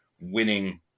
winning